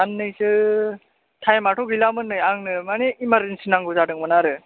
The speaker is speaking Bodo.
सान्नैसो टाइमाथ' गैलामोन नै आंनो माने इमाइजेन्सि नांगौ जादोंमोन आरो